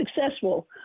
successful